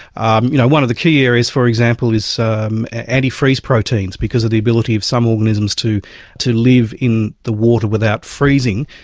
and you know one of the key areas, for example, is antifreeze proteins because of the ability of some organisms to to live in the water without freezing.